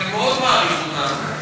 שאני מאוד מעריך אותם,